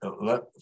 let